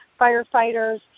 firefighters